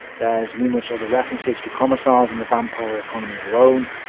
there's numerous other references to commissars in the vampire economy alone,